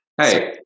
Hey